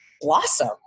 blossom